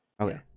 Okay